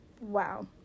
wow